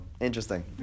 Interesting